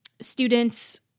students